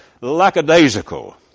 lackadaisical